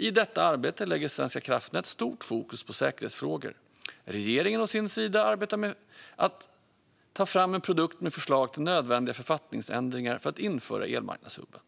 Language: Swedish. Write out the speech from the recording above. I detta arbete lägger Svenska kraftnät stort fokus på säkerhetsfrågor. Regeringen å sin sida arbetar med att ta fram en produkt med förslag till nödvändiga författningsändringar för att införa elmarknadshubben.